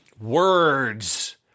words